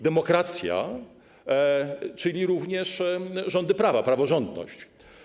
demokracja, również rządy prawa, praworządność.